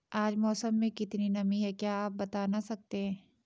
आज मौसम में कितनी नमी है क्या आप बताना सकते हैं?